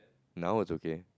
now it's okay